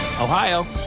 Ohio